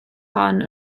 hon